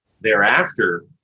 thereafter